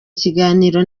kiganiro